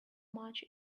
march